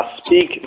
speak